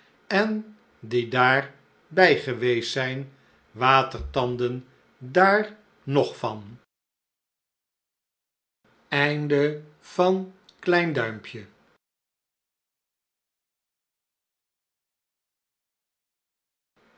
en die daar bij geweest zijn watertanden daar nog van j